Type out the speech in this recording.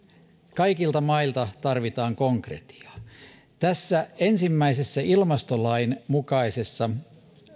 kaikilta mailta tarvitaan konkretiaa tässä ensimmäisessä ilmastolain mukaisessa